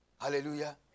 Hallelujah